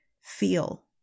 feel